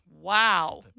Wow